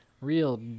Real